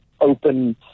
open